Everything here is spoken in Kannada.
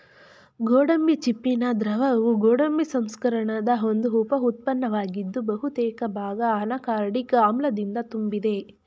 ಗೋಡಂಬಿ ಚಿಪ್ಪಿನ ದ್ರವವು ಗೋಡಂಬಿ ಸಂಸ್ಕರಣದ ಒಂದು ಉಪ ಉತ್ಪನ್ನವಾಗಿದ್ದು ಬಹುತೇಕ ಭಾಗ ಅನಾಕಾರ್ಡಿಕ್ ಆಮ್ಲದಿಂದ ತುಂಬಿದೆ